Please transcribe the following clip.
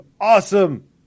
awesome